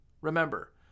Remember